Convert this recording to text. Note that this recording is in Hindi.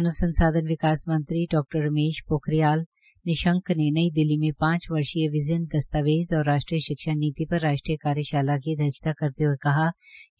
मानव संसाधन विकास मंत्री डा रमेश पोखरियाल निशंक ने नई दिल्ली में पांच वर्षीय विज़न दस्तावेज़ और राष्ट्रीय शिक्षा नीति पर राष्ट्रीय कार्यशाला की अध्यक्षता करते हये कहा